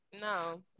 No